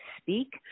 speak